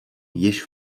již